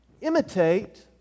imitate